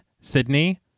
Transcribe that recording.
Sydney